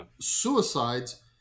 suicides